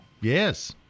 Yes